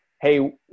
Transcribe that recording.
hey